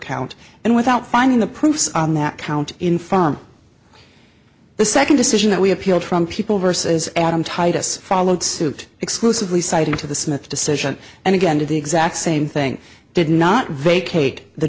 count and without finding the proofs on that count in farm the second decision that we appealed from people versus adam titus followed suit exclusively citing to the smith decision and again did the exact same thing did not vacate the